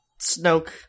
Snoke